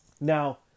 Now